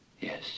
Yes